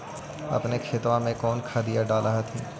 अपने खेतबा मे कौन खदिया डाल हखिन?